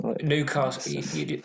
Newcastle